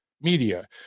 media